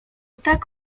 tak